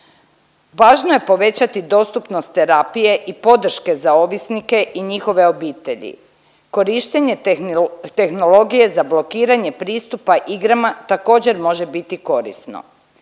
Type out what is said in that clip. Važno je povećati dostupnost terapije i podrške za ovisnike i njihove obitelji. Korištenje tehnologije za blokiranje pristupa igrama također može biti korisno.